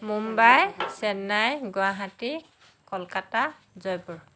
Mumbai Chennai Guwahati Kolkata Jaipur